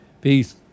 Peace